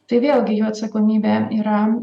tai vėlgi jų atsakomybę yra